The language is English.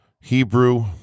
Hebrew